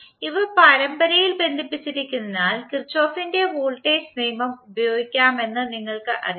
ഇവ പരമ്പരയിൽ ബന്ധിപ്പിച്ചിരിക്കുന്നതിനാൽ കിർചോഫിന്റെ വോൾട്ടേജ് നിയമം ഉപയോഗിക്കാമെന്ന് നിങ്ങൾക്ക് അറിയാം